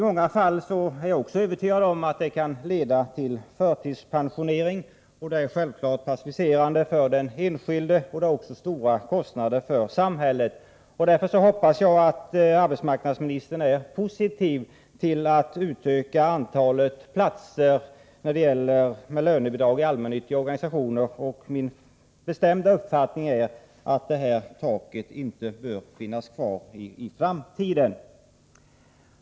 Jag är också övertygad om att det i många fall kan leda till förtidspensionering, som självfallet är passiviserande för den enskilde och medför stora kostnader för samhället. Därför hoppas jag att arbetsmarknadsministern är positiv till att utöka antalet platser med lönebidrag i allmännyttiga organisationer. Min bestämda uppfattning är att detta tak inte bör finnas kvar i framtiden.